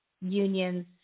unions